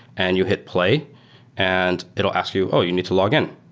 and you hit play and it'll ask you, oh, you need to login,